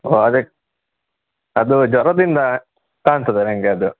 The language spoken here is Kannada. ಓಹ್ ಅದೇ ಅದು ಜ್ವರದಿಂದ ಕಾಣ್ತದೆ ನನಗೆ ಅದು